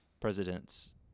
presidents